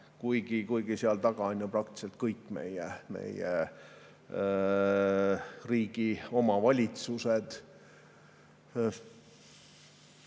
kuigi seal taga on ju praktiliselt kõik meie riigi omavalitsused.